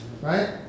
right